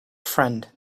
friend